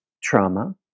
trauma